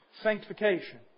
sanctification